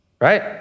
right